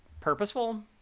purposeful